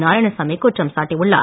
நாராயணசாமி குற்றம் சாட்டியுள்ளார்